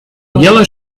yellow